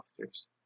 officers